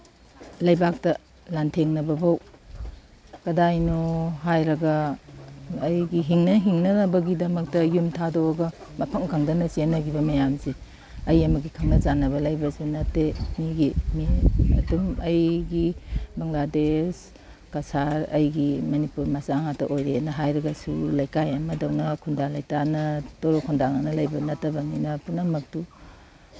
ꯂꯩꯕꯥꯛꯇ ꯂꯥꯟꯊꯦꯡꯅꯕꯕꯥꯎ ꯀꯗꯥꯏꯅꯣ ꯍꯥꯏꯔꯒ ꯑꯩꯒꯤ ꯍꯤꯡꯅ ꯍꯤꯡꯅꯅꯕꯒꯤꯗꯃꯛꯇ ꯌꯨꯝ ꯊꯥꯗꯣꯛꯑꯒ ꯃꯐꯝ ꯈꯪꯗꯅ ꯆꯦꯟꯅꯒꯤꯕ ꯃꯌꯥꯝꯁꯦ ꯑꯩ ꯑꯃꯒꯤ ꯈꯪꯅ ꯆꯥꯟꯅꯕ ꯂꯩꯕꯁꯨ ꯅꯠꯇꯦ ꯃꯤꯒꯤ ꯃꯤ ꯑꯗꯨꯝ ꯑꯩꯒꯤ ꯕꯪꯒ꯭ꯂꯥꯗꯦꯁ ꯀꯁꯥꯔ ꯑꯩꯒꯤ ꯃꯅꯤꯄꯨꯔ ꯃꯆꯥ ꯉꯥꯛꯇ ꯑꯣꯏꯔꯦꯅ ꯍꯥꯏꯔꯒꯁꯨ ꯂꯩꯀꯥꯏ ꯑꯃꯗꯧꯅ ꯈꯨꯟꯗꯥ ꯂꯩꯇꯥꯅ ꯇꯣꯔꯣꯛ ꯈꯨꯟꯗꯥꯅꯅ ꯂꯩꯕ ꯅꯠꯇꯕꯅꯤꯅ ꯄꯨꯝꯅꯃꯛꯇꯨ